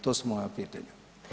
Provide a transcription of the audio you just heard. To su moja pitanja.